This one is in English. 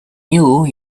new